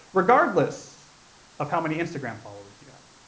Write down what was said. regardless of how many instagram followers you have.